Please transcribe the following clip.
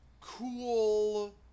cool